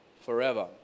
forever